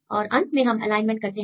और अंत में हम एलाइनमेंट करते हैं